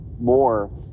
more